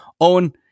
Owen